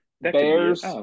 Bears